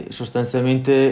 sostanzialmente